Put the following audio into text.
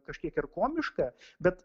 kažkiek ir komiška bet